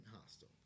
Hostel